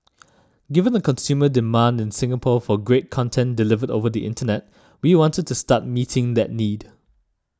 given the consumer demand in Singapore for great content delivered over the Internet we wanted to start meeting that need